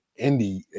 indie